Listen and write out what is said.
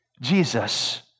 Jesus